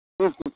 ಹ್ಞೂ ಹ್ಞೂ